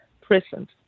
present